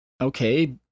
okay